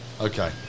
okay